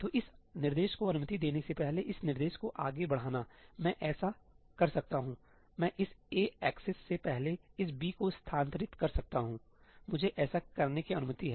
तो इस निर्देश को अनुमति देने से पहले इस निर्देश को आगे बढ़ाना मैं ऐसा कर सकता हूँ मैं इस a एक्सेस से पहले इस b को स्थानांतरित कर सकता हूं मुझे ऐसा करने की अनुमति है